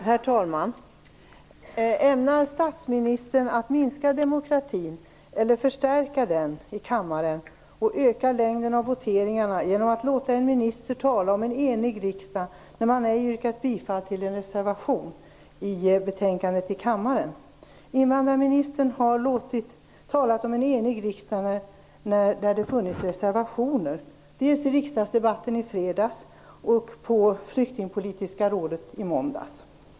Herr talman! Ämnar statsministern att minska demokratin eller att förstärka den i kammaren? Skall längden på voteringarna öka genom att en minister talar om en enig riksdag när man ej yrkat bifall på en reservation i betänkandet i kammaren? Invandrarministern har talat om en enig riksdag trots att det har funnits reservationer. Han har gjort detta dels i riksdagsdebatten i fredags, dels på Flyktingpolitiska rådet i måndags.